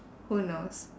who knows